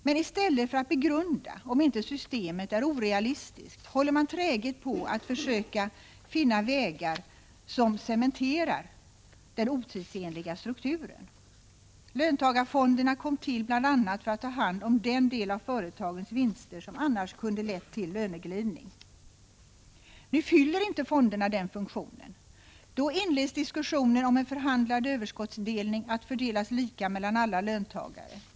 Men i stället för att begrunda om inte systemet är orealistiskt håller man träget på att försöka finna vägar som cementerar den otidsenliga strukturen. Löntagarfonderna kom till bl.a. för att ta hand om den del av företagens vinster som annars kunde ha lett till löneglidning. Nu fyller inte fonderna den funktionen. Då inleds diskussioner om en förhandlad överskottsdelning, för fördelning lika mellan alla löntagare.